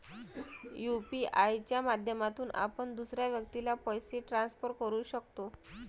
UPI च्या माध्यमातून आपण दुसऱ्या व्यक्तीला पैसे ट्रान्सफर करू शकतो